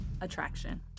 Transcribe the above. Attraction